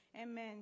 Amen